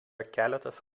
keletas